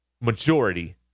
majority